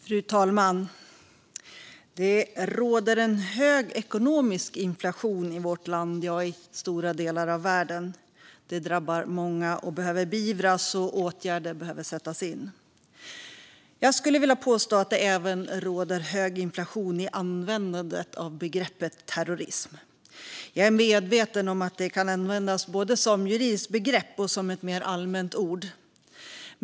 Fru talman! Det råder hög ekonomisk inflation i vårt land, ja, i stora delar av världen, och det drabbar många. Detta behöver beivras, och åtgärder behöver sättas in. Jag skulle vilja påstå att det även råder hög inflation i användandet av begreppet terrorism. Jag är medveten om att ordet kan användas både som ett juridiskt begrepp och som ett mer allmänt ord.